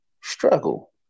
struggle